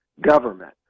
government